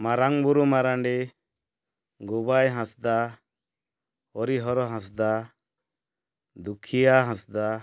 Marang Baru Marandi Gobai Hasda Orihar Hasda Dukhia Hasda